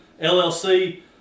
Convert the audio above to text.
LLC